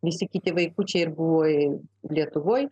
visi kiti vaikučiai buvo ir lietuvoj